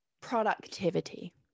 productivity